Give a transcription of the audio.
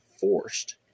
forced